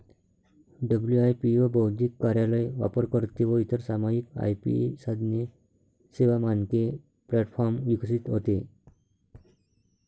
WIPO बौद्धिक कार्यालय, वापरकर्ते व इतर सामायिक आय.पी साधने, सेवा, मानके प्लॅटफॉर्म विकसित होते